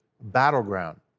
battleground